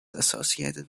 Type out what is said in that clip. associated